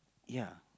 ya